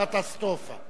הקטסטרופה.